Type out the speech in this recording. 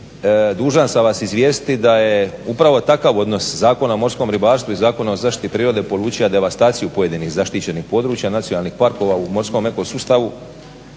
dužan sam vas izvijestiti da je upravo takav odnos Zakona o morskom ribarstvu i Zakonu o zaštiti prirode polučio devastaciju pojedinih zaštićenih područja nacionalnih parkova u morskom eko sustavu.